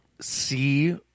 see